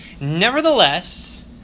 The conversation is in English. Nevertheless